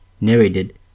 narrated